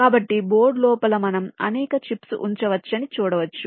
కాబట్టి బోర్డు లోపల మనం అనేక చిప్స్ ఉంచవచ్చని చూడవచ్చు